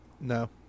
No